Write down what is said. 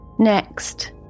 Next